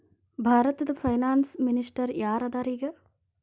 ಭಾರತದ finance minister ಯಾರ್ ಅದರ ಈಗ?